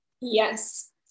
Yes